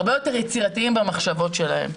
הרבה יותר יצירתיים במחשבות שלהם.